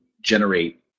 generate